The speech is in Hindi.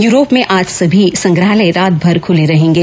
यूरोप में आज सभी संग्रहालय रात भर खुले रहेंगे